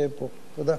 הוועדה הכי חשובה בכנסת.